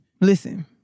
Listen